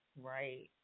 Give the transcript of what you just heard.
Right